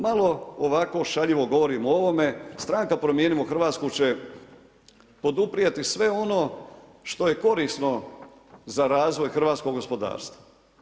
Malo, ovako šaljivo govorim o ovome, stranka Promijenimo Hrvatsku, će poduprijeti sve ono što je korisno, za razvoj hrvatskog gospodarstva.